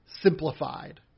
simplified